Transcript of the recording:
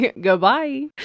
Goodbye